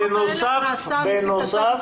זה בנוסף.